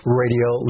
radio